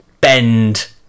bend